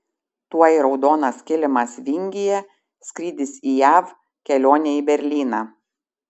tuoj raudonas kilimas vingyje skrydis į jav kelionė į berlyną